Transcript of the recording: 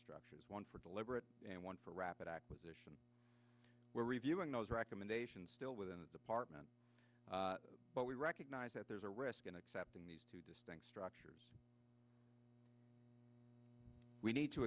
structures one for deliberate and one for rapid acquisition we're reviewing those recommendations still within the department but we recognize that there's a risk in accepting these two distinct structures we need to